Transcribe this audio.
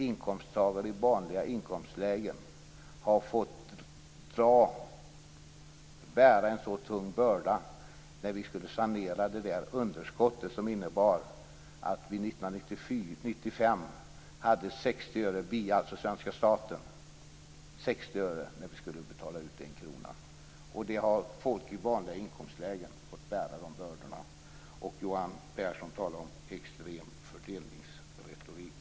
Inkomsttagare i vanliga inkomstlägen har fått bära en sådan tung börda när vi skulle sanera underskottet, som innebar att vi - svenska staten - 1995 hade tillgång till 60 öre när 1 kr skulle betalas ut. Folk i vanliga inkomstlägen har fått bära de bördorna. Johan Pehrson talar om extrem fördelningsretorik.